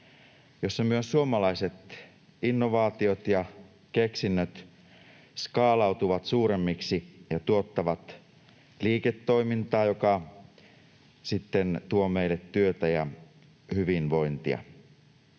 jossa myös suomalaiset innovaatiot ja keksinnöt skaalautuvat suuremmiksi ja tuottavat liiketoimintaa, joka sitten tuo meille työtä ja hyvinvointia.